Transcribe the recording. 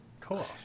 Cool